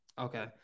Okay